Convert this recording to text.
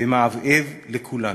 ומהבהב לכולנו.